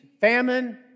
famine